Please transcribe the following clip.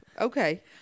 Okay